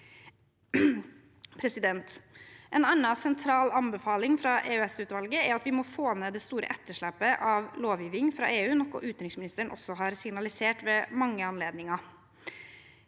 En annen sentral anbefaling fra EØS-utvalget er at vi må få ned det store etterslepet av lovgivning fra EU, noe utenriksministeren også har signalisert ved mange anledninger.